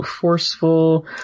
forceful